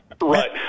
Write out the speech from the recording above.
right